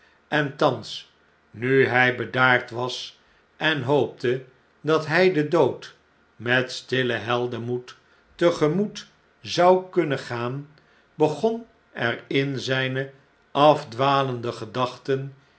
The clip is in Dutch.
en thans nu hij bedaard was en hoopte dat hij den dood met stillen heldenmoed te gemoet zou kunnen gaan begon er in zijne afdwalende gedachten